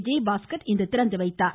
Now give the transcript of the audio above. விஜயபாஸ்கர் இன்று திறந்துவைத்தார்